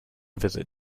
visit